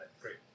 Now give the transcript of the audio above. Great